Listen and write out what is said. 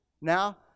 now